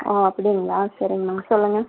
ஓ அப்படிங்களா சரிங்க மேம் சொல்லுங்கள்